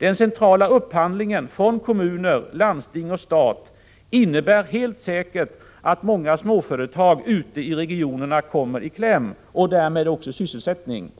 Den centrala upphandlingen från kommuner, landsting och stat innebär helt säkert att många småföretag ute i regionerna kommer i kläm och därmed också sysselsättningen.